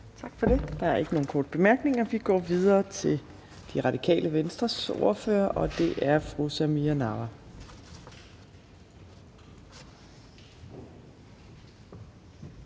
Tak for det. Der er ikke nogen korte bemærkninger. Vi går videre til Det Radikale Venstres ordfører, og det er fru Samira Nawa.